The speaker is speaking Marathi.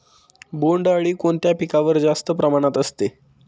बोंडअळी कोणत्या पिकावर जास्त प्रमाणात असते?